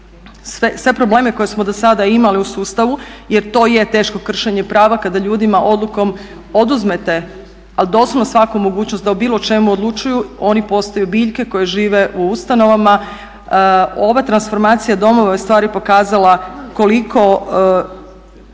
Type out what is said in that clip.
sve probleme koje smo dosada imali u sustavu jer to je teško kršenje prava kada ljudima odlukom oduzmete, ali doslovno svaku mogućnost da o bilo čemu odlučuju, oni postaju biljke koje žive u ustanovama. Ova transformacija domova je ustvari pokazala koliko